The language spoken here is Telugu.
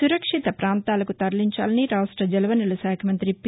సురక్షిత ప్రాంతాలకు తరలించాలని రాష్ట జలవనరుల శాఖ మంతి పి